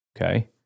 Okay